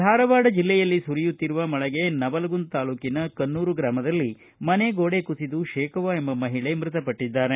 ಧಾರವಾಡ ಜಿಲ್ಲೆಯಲ್ಲಿ ಸುರಿಯುತ್ತಿರುವ ಮಳೆಗೆ ನವಲಗುಂದ ತಾಲೂಕಿನ ಕನ್ನೂರು ಗ್ರಾಮದಲ್ಲಿ ಮನೆ ಗೋಡೆ ಕುಸಿದು ಶೇಖವ್ವ ಎಂಬ ಮಹಿಳೆ ಮೃತಪಟ್ಟಿದ್ದಾರೆ